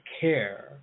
care